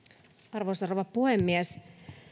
arvoisa rouva puhemies